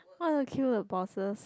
why you wanna kill the bosses